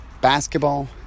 basketball